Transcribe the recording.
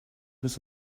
was